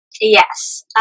Yes